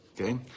Okay